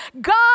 God